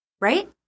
Right